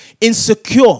insecure